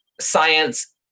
science